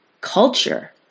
culture